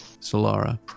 Solara